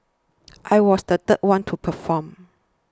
I was the third one to perform